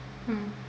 hmm